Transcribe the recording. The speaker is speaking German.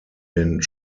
den